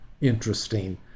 interesting